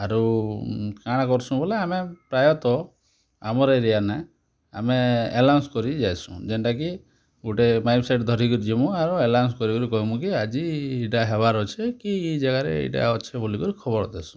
ଆରୁ କାଣା କର୍ସୁଁ ବୋଲେ ଆମେ ପ୍ରାୟତଃ ଆମର ଏରିଆନ ଆମେ ଆନାଉନ୍ସ କରି ଯାଉସୁଁ ଯେନ୍ଟା କି ଗୋଟେ ମାଇକ୍ ସେଟ୍ ଧରିକି ଯିମୁଁ ଆଉ ଆନାଉନ୍ସ କରି କରି ମୁଁ କହିମୁଁ କି ଆଜି ଏଇଟା ହେବାର୍ ଅଛି କି ଏଇ ଜାଗାରେ ଏଇଟା ଅଛି ବୋଲି ଖବର ଦେସୁଁ